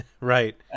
right